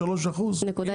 563%, זה נורמלי?